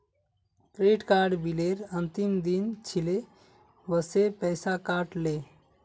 credit card बिलेर अंतिम दिन छिले वसे पैसा कट ले